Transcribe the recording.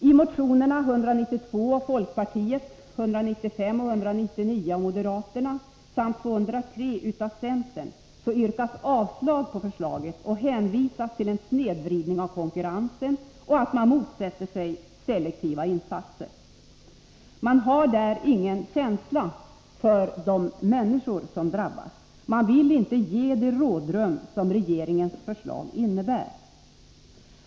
I motionerna 192 från folkpartiet, 195 och 199 från moderaterna samt 203 från centern yrkas avslag på förslaget och hänvisas till att man motsätter sig selektiva insatser, eftersom dessa leder till en snedvridning av konkurrensen. Man har ingen känsla för de människor som drabbas. Man vill inte ge det rådrum som regeringens förslag innebär.